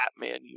Batman